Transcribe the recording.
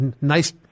nice